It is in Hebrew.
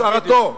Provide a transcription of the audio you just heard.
השארתו.